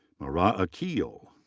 marah aqeel.